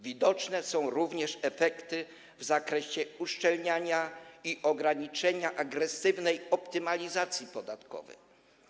Widoczne są również efekty w zakresie uszczelniania i ograniczenia agresywnej optymalizacji podatkowej.